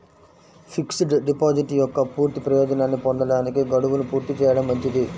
fixed deposit యొక్క పూర్తి ప్రయోజనాన్ని పొందడానికి, గడువును పూర్తి చేయడం మంచిది